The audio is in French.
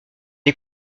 est